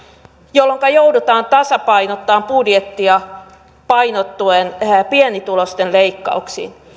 jolloinka joudutaan tasapainottamaan budjettia painottuen pienituloisten leikkauksiin